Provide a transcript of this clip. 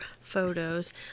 photos